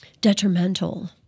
detrimental